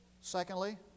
Secondly